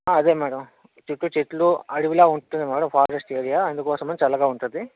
ఆ అదే మ్యాడం చుట్టూ చెట్లు అడవిలా ఉంటుంది మ్యాడం ఫారెస్ట్ ఏరియా అందుకోసేమే చల్లగా ఉంటుంది